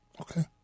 Okay